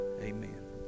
Amen